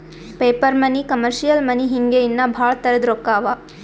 paper money, commercial money ಹಿಂಗೆ ಇನ್ನಾ ಭಾಳ್ ತರದ್ ರೊಕ್ಕಾ ಅವಾ